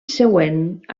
següent